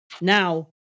Now